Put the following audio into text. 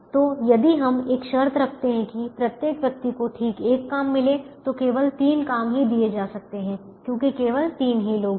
तो यदि हम एक शर्त रखते हैं कि प्रत्येक व्यक्ति को ठीक 1 काम मिले तो केवल 3 काम ही दिए जा सकते हैं क्योंकि केवल 3 लोग ही हैं